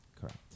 Correct